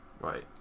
right